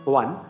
one